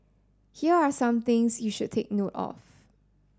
here are some things you should take note of